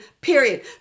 period